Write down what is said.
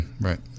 right